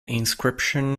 inscription